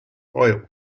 oil